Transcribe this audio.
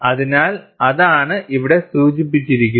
അതിനാൽ അതാണ് ഇവിടെ സൂചിപ്പിച്ചിരിക്കുന്നത്